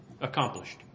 accomplished